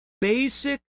basic